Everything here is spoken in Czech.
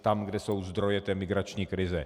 Tam, kde jsou zdroje té migrační krize.